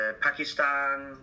Pakistan